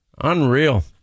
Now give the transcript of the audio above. Unreal